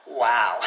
wow